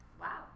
Wow